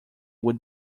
would